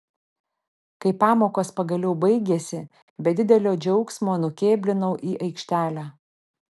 kai pamokos pagaliau baigėsi be didelio džiaugsmo nukėblinau į aikštelę